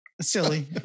Silly